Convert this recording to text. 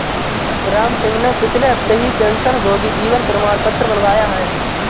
रामसिंह ने पिछले हफ्ते ही पेंशनभोगी जीवन प्रमाण पत्र बनवाया है